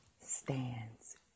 stands